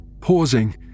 Pausing